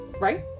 right